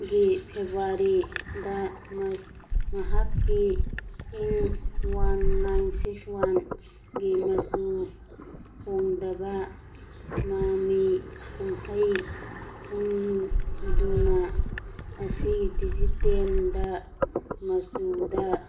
ꯒꯤ ꯐꯦꯕꯋꯥꯔꯤꯗ ꯃꯍꯥꯛꯀꯤ ꯏꯪ ꯋꯥꯟ ꯅꯥꯏꯟ ꯁꯤꯛꯁ ꯋꯥꯟꯒꯤ ꯃꯆꯨ ꯍꯣꯡꯗꯕ ꯃꯃꯤ ꯀꯨꯝꯍꯩ ꯀꯨꯝꯗꯨꯅ ꯑꯁꯤ ꯗꯤꯖꯤꯇꯦꯜꯗ ꯃꯆꯨꯗ